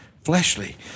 fleshly